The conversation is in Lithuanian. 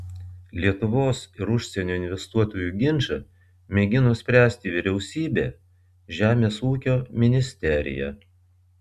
lietuvos ir užsienio investuotojų ginčą mėgino spręsti vyriausybė žemės ūkio ministerija